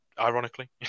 ironically